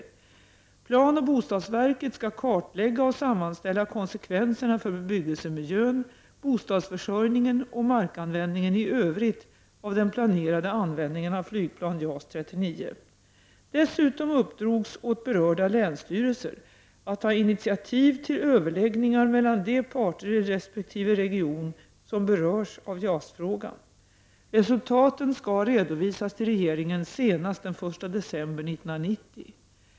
Planoch bostadsverket skall kartlägga och sammanställa konsekvenserna för bebyggelsemiljön, bostadsförsörjningen och markanvändningen i övrigt av den planerade användningen av flygplan JAS 39. Dessutom uppdrogs åt berörda länsstyrelser att ta initiativ till överläggningar mellan de parter i resp. region som berörs av JAS-frågan. Resultaten skall redovisas till regeringen senast den 1 december 1990.